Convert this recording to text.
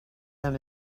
them